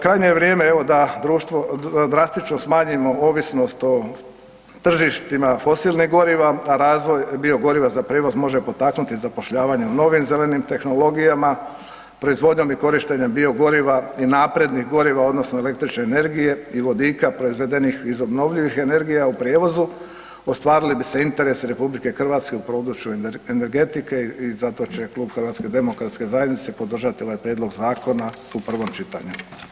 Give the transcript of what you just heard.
Krajnje je vrijeme evo da drastično smanjimo ovisnost o tržištima fosilnih goriva a razvoj biogoriva za prijevoz može potaknuti zapošljavanje u novim zelenim tehnologijama, proizvodnjom i korištenjem biogoriva i naprednih goriva odnosno električne energije i vodika proizvedenih iz obnovljivih energija u prijevozu, ostvarili bi se interesi RH u području energetike i zato će klub HDZ-a podržati ovaj prijedlog zakona u prvom čitanju.